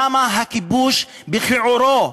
שם הכיבוש בכיעורו,